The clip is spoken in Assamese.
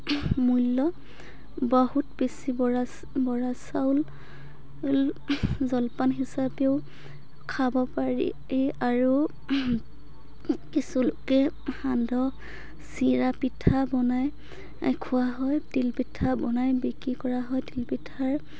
মূল্য বহুত বেছি বৰা বৰা চাউল উল জলপান হিচাবেও খাব পাৰি আৰু কিছু লোকে সান্দহ চিৰা পিঠা বনাই খোৱা হয় তিল পিঠা বনাই বিক্ৰী কৰা হয় তিল পিঠাৰ